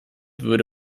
würde